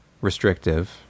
restrictive